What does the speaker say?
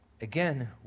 Again